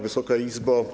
Wysoka Izbo!